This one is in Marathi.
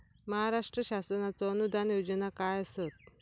महाराष्ट्र शासनाचो अनुदान योजना काय आसत?